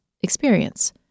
experience